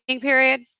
period